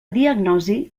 diagnosi